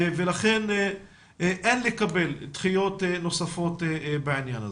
לכן אין לקבל דחיות נוספות בעניין הזה.